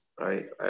right